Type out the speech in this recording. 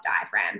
diaphragm